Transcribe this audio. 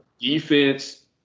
defense